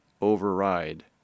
override